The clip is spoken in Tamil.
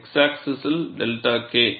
X ஆக்ஸிஸில் 𝛅 K